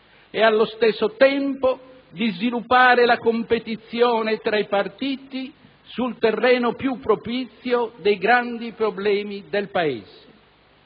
e, allo stesso tempo, di sviluppare la competizione tra i partiti sul terreno più propizio dei grandi problemi del Paese.